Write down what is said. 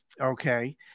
okay